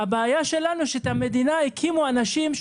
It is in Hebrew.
הבעיה שלנו שאת המדינה הקימו אנשים,